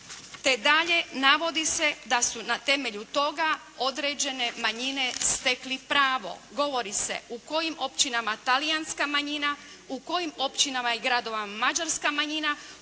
te dalje navodi se da su na temelju toga određene manjine stekli pravo. Govori se u kojim općinama talijanska manjina, u kojim općinama i gradovima mađarska manjina,